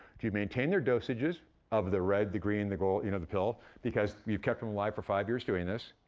do you maintain their dosages of the red, the green, the gold you know, the pill? because you've kept em alive for five years doing this,